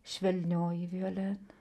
švelnioji violena